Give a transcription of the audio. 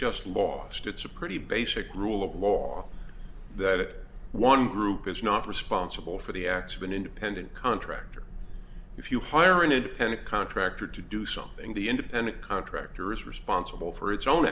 just lost it's a pretty basic rule of law that one group is not responsible for the acts of an independent contractor if you hire an independent contractor to do something the independent contractor is responsible for its own